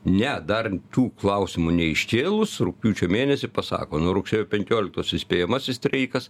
ne dar tų klausimų neiškėlus rugpjūčio mėnesį pasako nuo rugsėjo penkioliktos įspėjamasis streikas